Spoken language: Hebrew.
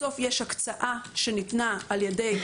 בסוף יש הקצאה שניתנה על ידי